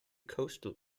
coastal